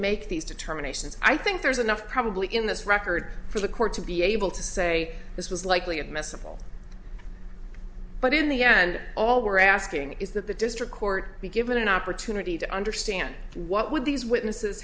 make these determinations i think there's enough probably in this record for the court to be able to say this was likely admissible but in the end all we're asking is that the district court be given an opportunity to understand what would these witnesses